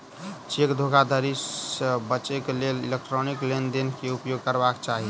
cheque धोखाधड़ी से बचैक लेल इलेक्ट्रॉनिक लेन देन के उपयोग करबाक चाही